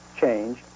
change